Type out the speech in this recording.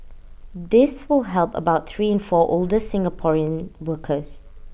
this will help about three in four older Singaporean workers